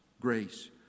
Grace